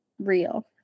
real